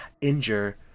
injure